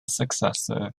successor